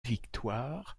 victoires